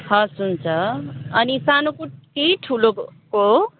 हवस् हुन्छ अनि सानो ठुलोको हो